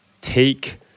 take